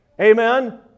Amen